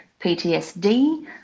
PTSD